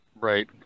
Right